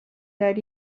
that